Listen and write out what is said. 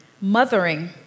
mothering